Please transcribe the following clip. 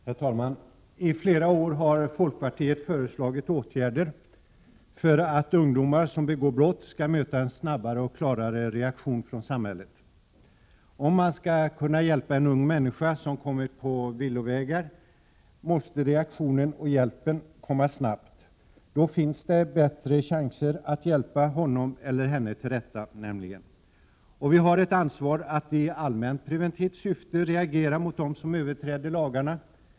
Herr talman! I flera år har folkpartiet föreslagit åtgärder för att ungdomar, som begår brott, skall möta en snabbare och klarare reaktion från samhället. Om man skall kunna hjälpa en ung människa som kommit på villovägar, måste reaktionen och hjälpen komma snabbt. Då finns det bättre chanser att hjälpa honom eller henne till rätta. Och vi har ett ansvar att i allmänpreventivt syfte reagera mot dem som överträder lagarna.